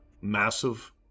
massive